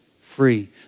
free